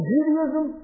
Judaism